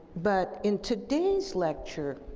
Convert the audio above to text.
but in today's lecture,